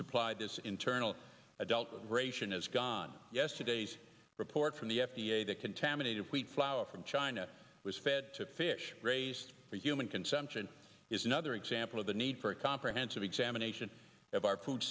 supply this internal adult ration is gone yesterday's report from the f d a that contaminated wheat flour from china was fed to fish raised for human consumption is another example of the need for a comprehensive examination of our foo